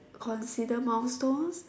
consider milestone